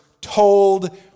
told